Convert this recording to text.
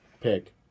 Pick